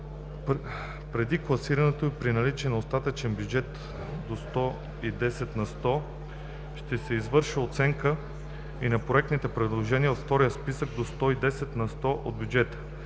Преди класиране и при наличие на остатъчен бюджет до 110 на сто ще се извършва оценяване и на проектните предложения от втория списък до 110 на сто от бюджета.